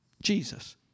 Jesus